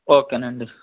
ఓకేనండి